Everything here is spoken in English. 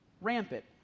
rampant